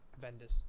vendors